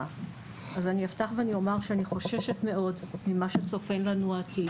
אפתח ואומר שאני חוששת מאוד ממה שצופן לנו העתיד.